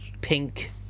pink